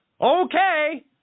okay